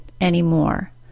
anymore